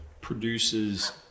produces